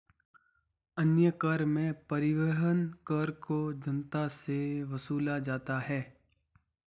अन्य कर में परिवहन कर को जनता से वसूला जाता है